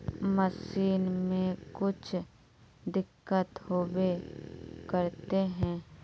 Machine में कुछ दिक्कत होबे करते है?